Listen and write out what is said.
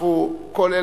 אל תהיה מודאג,